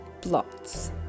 Blots